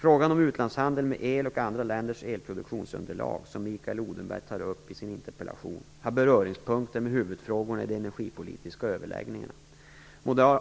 Frågan om utlandshandeln med el och andra länders elproduktionsunderlag, som Mikael Odenberg tar upp i sin interpellation, har beröringspunkter med huvudfrågorna i de energipolitiska överläggningarna.